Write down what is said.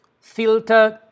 filtered